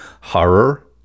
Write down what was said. horror